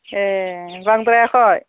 ए बांद्रायाखै